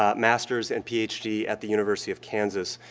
ah master's and ph d, at the university of kansas,